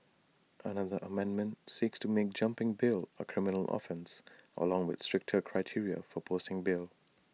another amendment seeks to make jumping bail A criminal offence along with stricter criteria for posting bail